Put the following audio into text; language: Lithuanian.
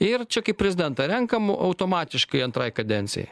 ir čia kaip prezidentą renkam automatiškai antrai kadencijai